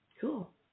cool